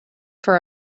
for